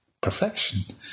perfection